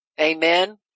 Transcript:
Amen